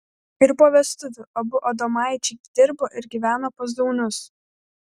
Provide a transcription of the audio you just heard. ir po vestuvių abu adomaičiai dirbo ir gyveno pas zaunius